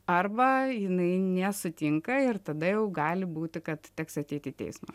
arba jinai nesutinka ir tada jau gali būti kad teks ateit į teismą